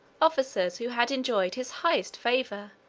officers who had enjoyed his highest favor,